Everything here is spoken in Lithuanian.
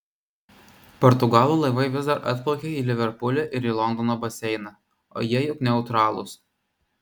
portugalų laivai vis dar atplaukia į liverpulį ir į londono baseiną o jie juk neutralūs